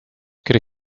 could